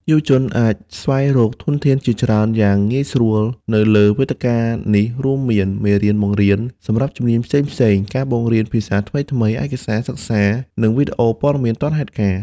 យុវជនអាចស្វែងរកធនធានជាច្រើនយ៉ាងងាយស្រួលនៅលើវេទិកានេះ រួមមាន មេរៀនបង្រៀន សម្រាប់ជំនាញផ្សេងៗ ការបង្រៀនភាសាថ្មីៗ ឯកសារសិក្សា និងវីដេអូព័ត៌មានទាន់ហេតុការណ៍។